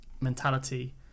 mentality